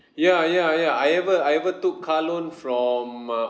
ya ya ya I ever I ever took car loan from uh